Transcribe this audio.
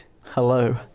Hello